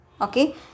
okay